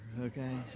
okay